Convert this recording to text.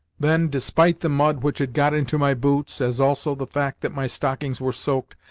then, despite the mud which had got into my boots, as also the fact that my stockings were soaked,